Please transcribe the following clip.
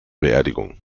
beerdigung